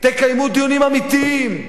תקיימו דיונים אמיתיים,